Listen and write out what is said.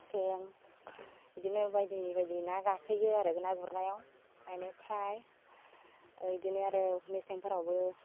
सें इदिनो बायदि बायदि ना गाखोयो आरो ना गुरनायाव एनिफ्राय इदिनो आरो मेसेंफोरावबो